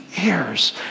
heirs